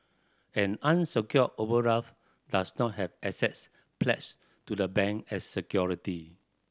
an unsecured overdraft does not have assets pledged to the bank as security